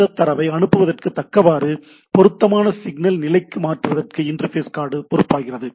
இந்தத் தரவை அனுப்புவதற்கு தக்கவாறு பொருத்தமான சிக்னல் நிலைக்கு மாற்றுவதற்கு இன்டர்ஃபேஸ் கார்டு பொறுப்பாகிறது